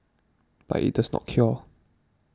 but it does not cure